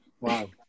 Wow